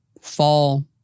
fall